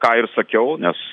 ką ir sakiau nes